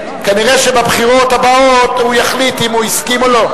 כנראה בבחירות הבאות הוא יחליט אם הוא הסכים או לא.